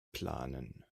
planen